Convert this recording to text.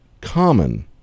common